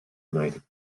united